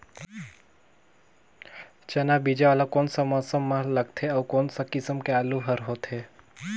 चाना बीजा वाला कोन सा मौसम म लगथे अउ कोन सा किसम के आलू हर होथे?